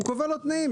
הוא קובע לו תנאים.